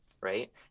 right